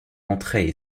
entraient